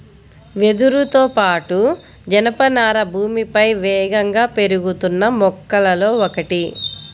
వెదురుతో పాటు, జనపనార భూమిపై వేగంగా పెరుగుతున్న మొక్కలలో ఒకటి